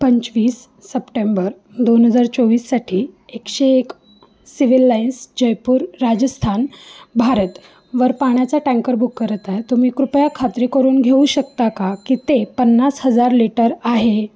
पंचवीस सप्टेंबर दोन हजार चोवीससाठी एकशे एक सिव्हिल लाईन्स जयपूर राजस्थान भारतवर पाण्याचा टँकर बुक करत आहे तुम्ही कृपया खात्री करून घेऊ शकता का की ते पन्नास हजार लिटर आहे